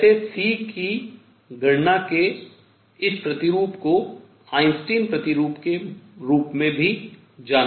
वैसे C की गणना के इस मॉडल प्रतिरूप को आइंस्टीन मॉडल के रूप में जाना जाता है